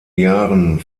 jahren